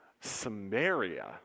Samaria